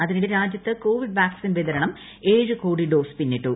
അതിനിടെ രാജ്യത്ത് Covid vaccine വിതരണം ഏഴ് കോടി ഡോസ് പിന്നിട്ടു